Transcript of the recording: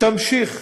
תמשיך